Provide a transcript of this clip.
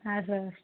હા સર